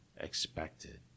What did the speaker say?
expected